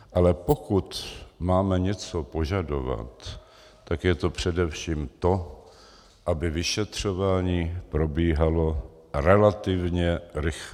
Ale pokud máme něco požadovat, tak je to především to, aby vyšetřování probíhalo relativně rychle.